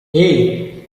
hey